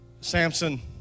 Samson